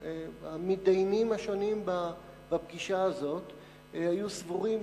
המתדיינים השונים בפגישה הזאת היו סבורים